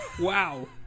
Wow